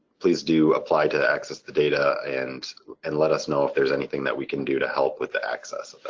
please do apply to access the data and and let us know if there's anything that we can do to help with the access of it.